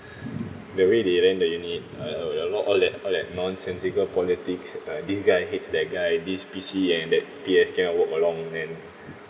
the way they ran the unit a lot a lot all that all that nonsensical politics uh this guy hits that guy this P_C and that P_S cannot work along and